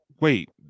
Wait